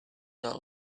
not